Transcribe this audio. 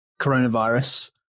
coronavirus